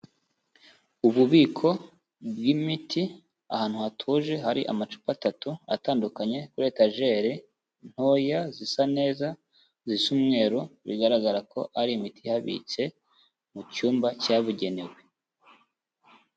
Ububiko bw'imiti ahantu hatuje hari amacupa atatu atandukanye kuri etajeri ntoya zisa neza zisa umweru, bigaragara ko ari imiti ihabitse mu cyumba cyabugenewe.